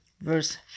verse